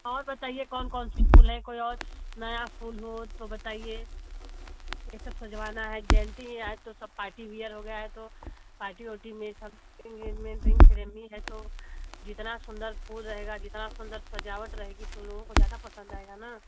और बताइए कौन कौन सा फूल है कोई और नया फूल हो तो बताइए यह सब सजवाना है जयन्ती ही आए तो सब पार्टी वियर हो गया है तो पार्टी उर्टी में सब एन्गेजमेन्ट रिन्ग सेरेमनी है तो जितना सुन्दर फूल रहेगा जितनी सुन्दर सजावट रहेगी तो लोगों को ज़्यादा पसन्द आएगा ना